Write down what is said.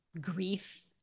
grief